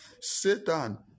Satan